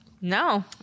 No